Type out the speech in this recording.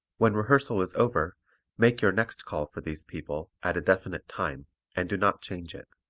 when rehearsal is over make your next call for these people, at a definite time and do not change it.